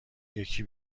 یکی